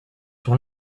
sur